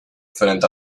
frente